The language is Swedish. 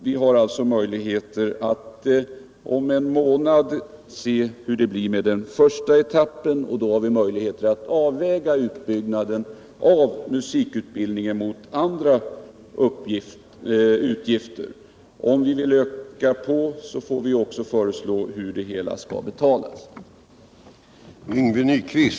Vi får om en månad se hur det blir med den första etappen, och då har vi möjlighet att avväga musikutbildningen mot andra utgifter. Om vi vill öka anslagen får vi också föreslå hur det hela skall betalas.